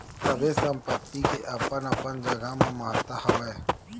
सबे संपत्ति के अपन अपन जघा म महत्ता हवय